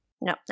No